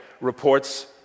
reports